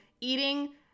eating